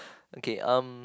okay um